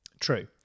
True